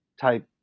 type